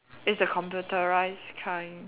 it's the computerised kind